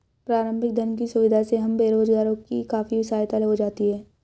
प्रारंभिक धन की सुविधा से हम बेरोजगारों की काफी सहायता हो जाती है